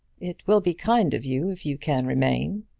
it will be kind of you if you can remain.